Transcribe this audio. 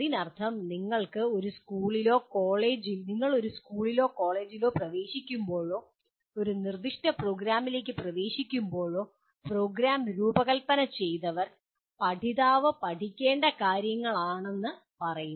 അതിനർത്ഥം നിങ്ങൾ ഒരു സ്കൂളിലോ കോളേജിലോ പ്രവേശിക്കുമ്പോഴോ ഒരു നിർദ്ദിഷ്ട പ്രോഗ്രാമിലേക്ക് പ്രവേശിക്കുമ്പോഴോ പ്രോഗ്രാം രൂപകൽപ്പന ചെയ്തവർ പഠിതാവ് പഠിക്കേണ്ട കാര്യങ്ങളാണെന്ന് പറയും